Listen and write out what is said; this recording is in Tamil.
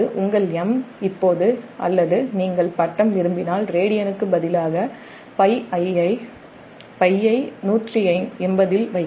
உங்கள் M அல்லது நீங்கள் ஃபேஸ் விரும்பினால் ரேடியனுக்கு பதிலாக πஐ 180 இல் வைக்கலாம்